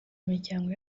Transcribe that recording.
imiryango